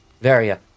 Varia